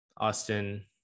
Austin